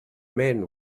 men